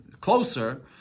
closer